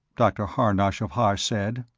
dr. harnosh of hosh said.